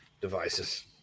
devices